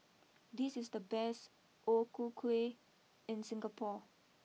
this is the best O Ku Kueh in Singapore